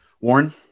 Warren